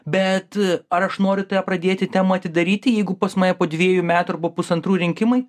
bet ar aš noriu tą pradėti temą atidaryti jeigu pas mane po dviejų metų arba pusantrų rinkimai